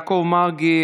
חברי הכנסת יעקב מרגי,